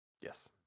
Yes